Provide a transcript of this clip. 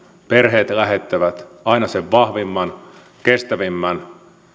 perheet lähettävät aina sen vahvimman kestävimmän